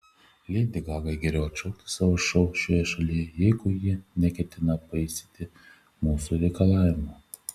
leidi gagai geriau atšaukti savo šou šioje šalyje jeigu ji neketina paisyti mūsų reikalavimo